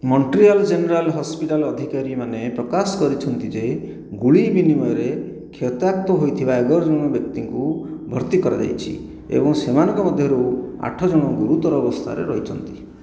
Montreal general hospital ଅଧିକାରୀମାନେ ପ୍ରକାଶ କରିଛନ୍ତି ଯେ ଗୁଳି ବିନିମୟରେ କ୍ଷତାକ୍ତ ହୋଇଥିବା ଏଗାର ଜଣ ବ୍ୟକ୍ତିଙ୍କୁ ଭର୍ତ୍ତି କରାଯାଇଛି ଏବଂ ସେମାନଙ୍କ ମଧ୍ୟରୁ ଆଠ ଜଣ ଗୁରୁତର ଅବସ୍ଥାରେ ରହିଛନ୍ତି